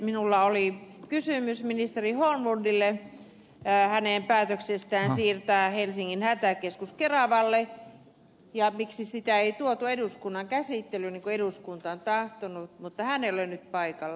minulla oli kysymys ministeri holmlundille hänen päätöksestään siirtää helsingin hätäkeskus keravalle ja siitä miksi sitä ei tuotu eduskunnan käsittelyyn niin kuin eduskunta on tahtonut mutta hän ei ole nyt paikalla